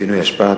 פינוי אשפה,